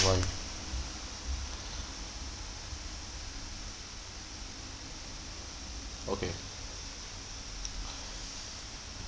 [one] okay